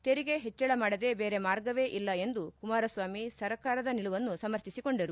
ತೆರಿಗೆ ಹೆಚ್ಚಳ ಮಾಡದೆ ಬೇರೆ ಮಾರ್ಗವೇ ಇಲ್ಲ ಎಂದು ಕುಮಾರಸ್ವಾಮಿ ಸರ್ಕಾರದ ನಿಲುವನ್ನು ಸಮರ್ಥಿಸಿಕೊಂಡರು